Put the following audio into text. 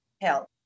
help